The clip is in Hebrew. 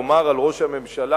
לומר על ראש הממשלה